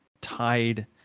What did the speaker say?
tied